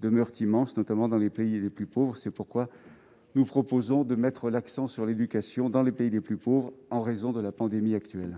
demeurent immenses, notamment dans les pays les plus pauvres. Pour ces raisons, nous proposons de mettre l'accent sur l'éducation. Quel est l'avis de la commission